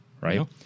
right